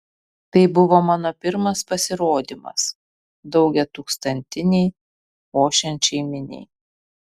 tai buvo mano pirmas pasirodymas daugiatūkstantinei ošiančiai miniai